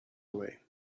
away